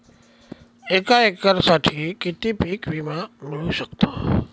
एका एकरसाठी किती पीक विमा मिळू शकतो?